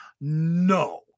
No